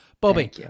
Bobby